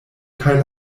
kaj